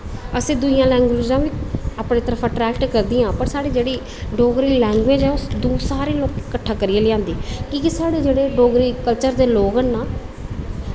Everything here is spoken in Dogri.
असें दुइयां लैंग्वेज़ां बी अपनी तरफ अट्रैक्ट करदियां पर साढ़ी जेह्ड़ी डोगरी लैंग्वेज़ ऐ सारें लोकें गी कट्ठा करियै लेआंदी कि केह् साढ़े जेह्ड़े डोगरी कल्चर दे लोग न ना